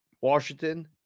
Washington